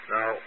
Now